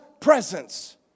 presence